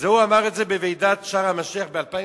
הוא אמר את זה בוועידת שארם-א-שיח' ב-2005.